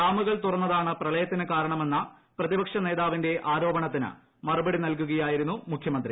ഡാമുകൾ തുറന്നതാണ് പ്രളയത്തിന് കാരണമെന്ന പ്രതിപക്ഷ നേതാവിന്റെ ആരോപണത്തിന് മറുപടി നൽകുകയായിരുന്നു മുഖ്യമന്ത്രി